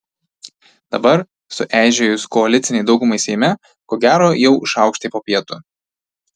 dabar sueižėjus koalicinei daugumai seime ko gera jau šaukštai po pietų